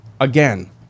again